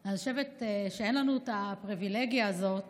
אני חושבת שאין לנו את הפריבילגיה הזאת